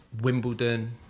wimbledon